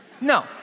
No